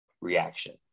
reaction